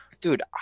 dude